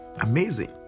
amazing